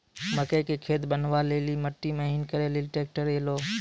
मकई के खेत बनवा ले ली मिट्टी महीन करे ले ली ट्रैक्टर ऐलो?